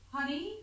Honey